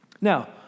Now